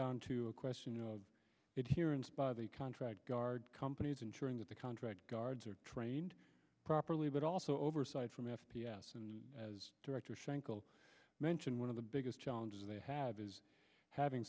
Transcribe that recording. down to a question of it hearings by the contract guard companies ensuring that the contract guards are trained properly but also oversight from f p s and as director schenkel mentioned one of the biggest challenges they have is having